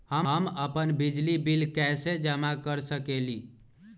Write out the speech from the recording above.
हम अपन बिजली बिल कैसे जमा कर सकेली?